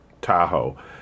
Tahoe